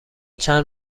چند